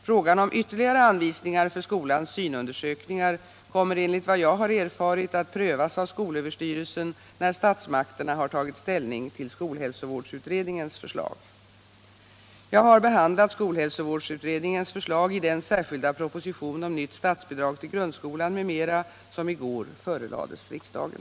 Frågan om ytterligare anvisningar för skolans synundersökningar kommer enligt vad jag har erfarit att prövas av skolöverstyrelsen när statsmakterna har tagit ställning till skolhälsovårdsutredningens förslag. Jag har behandlat skolhälsovårdsutredningens förslag i den särskilda proposition om nytt statsbidrag till grundskolan m.m. som i går förelades riksdagen.